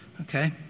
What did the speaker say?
okay